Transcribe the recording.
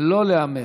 לא להמר.